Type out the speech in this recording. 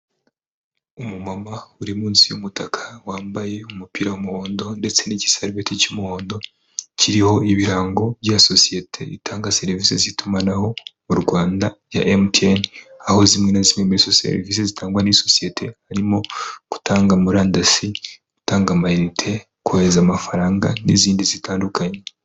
Umumama uri munsi y'umutaka, wambaye umupira w'umuhondo, ndetse n'igisarubete cy'umuhondo, kiriho ibirango bya sosiyete itanga serivisi z'itumanaho mu Rwanda ya emutiyene. Aho zimwe na zimwe muri izo serivisi zitangwa n'iyi sosiyete harimo gutanga murandasi, gutanga amayinite, kohereza amafaranga, n'izindi zitandukanye.